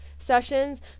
sessions